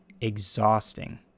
exhausting